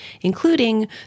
including